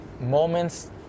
moments